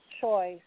choice